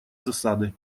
засады